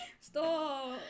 Stop